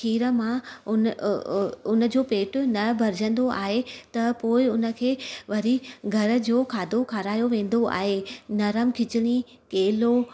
खीर मां उन उनजो पेट न भरिजंदो आहे त पोइ उनखे वरी घर जो खाधो खारायो वेंदो आहे नरम खिचड़ी केलो